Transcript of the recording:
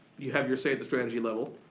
you have your say at the strategy level,